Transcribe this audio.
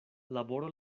laboro